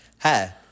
Hi